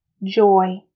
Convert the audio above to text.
joy